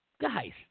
guys